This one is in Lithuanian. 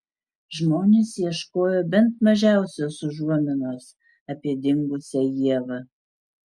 žmonės ieškojo bent mažiausios užuominos apie dingusią ievą